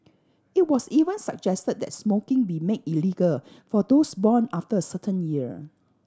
it was even suggested that smoking be made illegal for those born after a certain year